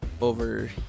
over